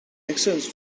exchange